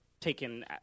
taken